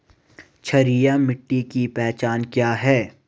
क्षारीय मिट्टी की पहचान क्या है?